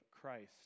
Christ